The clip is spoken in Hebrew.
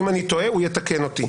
אם אני טועה הוא יתקן אותי.